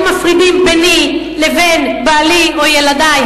בעומר היו מפרידים ביני לבין בעלי או ילדי,